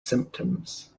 symptoms